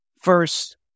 First